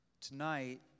Tonight